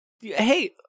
Hey